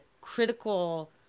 critical